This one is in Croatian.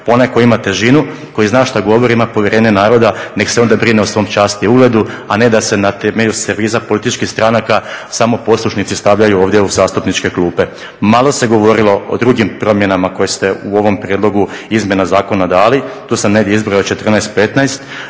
Onaj koji ima težinu, koji zna šta govori ima povjerenje naroda nek' se onda brine o svom časti i ugledu, a ne da se na temelju servisa političkih stranaka samo poslušnici stavljaju ovdje u zastupničke klupe. Malo se govorilo o drugim promjenama koje ste u ovom prijedlogu izmjena zakona dali. Tu sam negdje izbrojao 14, 15.